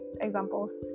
Examples